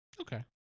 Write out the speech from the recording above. Okay